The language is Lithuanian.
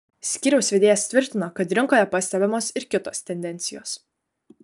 skyriaus vedėjas tvirtino kad rinkoje pastebimos ir kitos tendencijos